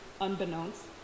unbeknownst